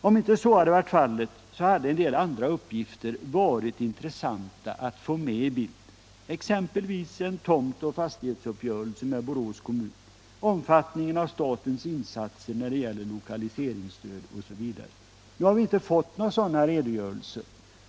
Om inte så varit fallet hade en del andra uppgifter varit intressanta att få med i bilden, att främja sysselsättningen i Borås exempelvis en tomt och fastighetsuppgörelse med Borås kommun och omfattningen av statens insatser när det gäller lokaliseringsstöd. Nu har vi inte fått några sådana redogörelser.